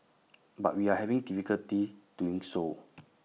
but we are having difficulty doing so